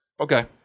Okay